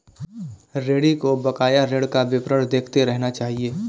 ऋणी को बकाया ऋण का विवरण देखते रहना चहिये